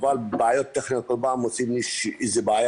כל פעם עושים לי בעיה.